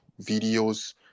videos